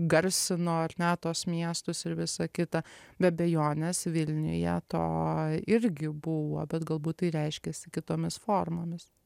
garsino ar ne tuos miestus ir visa kita be abejonės vilniuje to irgi buvo bet galbūt tai reiškėsi kitomis formomis